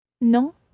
Non